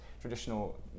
traditional